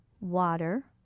water